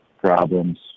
problems